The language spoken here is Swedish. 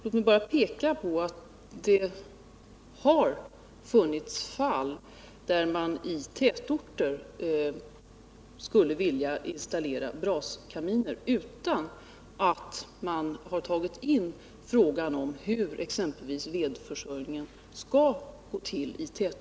Låt mig bara peka på att det har funnits fall där man i tätorter velat installera braskaminer utan att man har tagit in frågan om hur exempelvis vedförsörjningen skall gå till.